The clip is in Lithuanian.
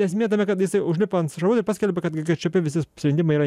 esmė tame kad jisai užlipo ant šarvuočio ir paskelbė kad gei ką čė pė visi sprendimai yra